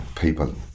people